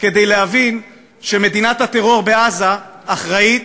כדי להבין שמדינת הטרור בעזה אחראית